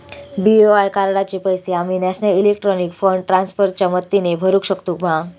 BOI कार्डाचे पैसे आम्ही नेशनल इलेक्ट्रॉनिक फंड ट्रान्स्फर च्या मदतीने भरुक शकतू मा?